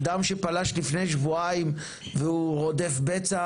אדם שפלש לפני שבועיים והוא רודף בצע